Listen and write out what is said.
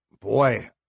Boy